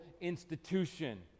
institution